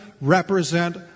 represent